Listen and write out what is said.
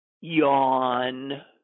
Yawn